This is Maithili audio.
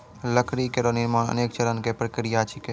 लकड़ी केरो निर्माण अनेक चरण क प्रक्रिया छिकै